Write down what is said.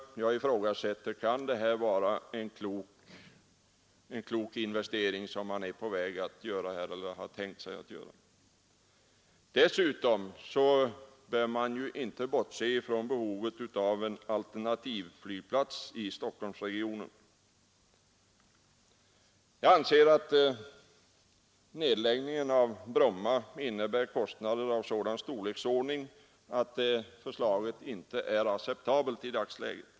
Jag ifrågasätter: Kan det vara en klok investering som man här har tänkt sig att göra? Dessutom bör vi inte bortse från behovet av en alternativflygplats i Stockholmsregionen. Jag anser att en nedläggning av Bromma innebär kostnader av sådan storleksordning att förslaget inte är acceptabelt i dagsläget.